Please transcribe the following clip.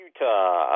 Utah